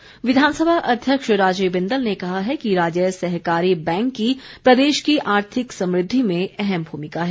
बिंदल विघानसभा अध्यक्ष राजीय बिंदल ने कहा है कि राज्य सहकारी बैंक की प्रदेश की आर्थिक समृद्धि में अहम भूमिका है